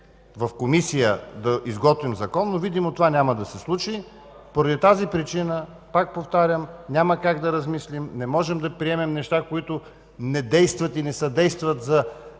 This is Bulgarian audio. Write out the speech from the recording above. в комисия да изготвим закон, но видимо това няма да се случи. Поради тази причина, пак повтарям, няма как да размислим. Не можем да приемем неща, които не действат и не съдействат за